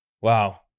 wow